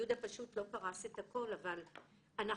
יהודה פשוט לא פרס את הכול - אבל אנחנו